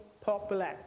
popular